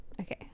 okay